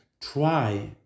try